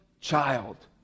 child